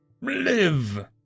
Live